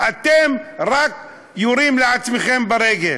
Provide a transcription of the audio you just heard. אתם רק יורים לעצמכם ברגל.